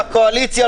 שהקואליציה,